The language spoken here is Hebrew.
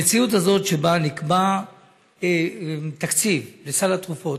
המציאות הזאת שבה נקבע תקציב לסל התרופות